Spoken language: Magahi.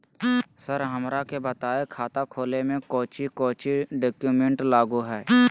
सर हमरा के बताएं खाता खोले में कोच्चि कोच्चि डॉक्यूमेंट लगो है?